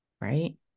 Right